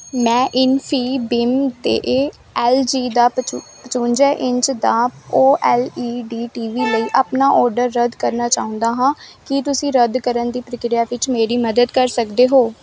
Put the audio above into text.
ਮੈਂ ਇਨਫੀਬੀਮ 'ਤੇ L G ਦਾ ਪਚ ਪਚਵੰਜਾ ਇੰਚ ਦਾ O L E D T V ਲਈ ਆਪਣਾ ਆਰਡਰ ਰੱਦ ਕਰਨਾ ਚਾਹੁੰਦਾ ਹਾਂ ਕੀ ਤੁਸੀਂ ਰੱਦ ਕਰਨ ਦੀ ਪ੍ਰਕਿਰਿਆ ਵਿੱਚ ਮੇਰੀ ਮਦਦ ਕਰ ਸਕਦੇ ਹੋ